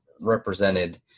represented